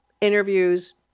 interviews